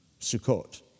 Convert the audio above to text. Sukkot